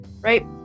right